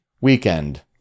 weekend